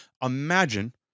Imagine